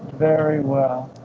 very well